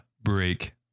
break